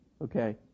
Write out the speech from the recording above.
okay